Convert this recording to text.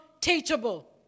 teachable